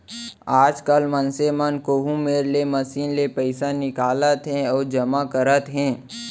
आजकाल मनसे मन कोहूँ मेर के मसीन ले पइसा निकालत हें अउ जमा करत हें